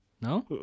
No